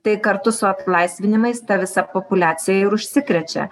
tai kartu su atlaisvinimais ta visa populiacija ir užsikrečia